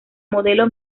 modelo